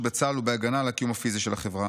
בצה"ל ובהגנה על הקיום הפיזי של החברה,